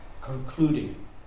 concluding